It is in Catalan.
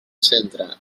centra